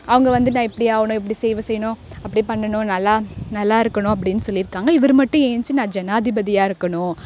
அவங்க வந்து நான் இப்படி ஆகணும் இப்படி சேவை செய்யணும் அப்படி பண்ணணும் நல்லா நல்லா இருக்கணும் அப்படின்னு சொல்லியிருக்காங்க இவரு மட்டும் எந்ச்சி நான் ஜனாதிபதியாக இருக்கணும்